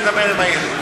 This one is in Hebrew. אני אדבר עם איילת.